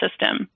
system